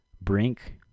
Brink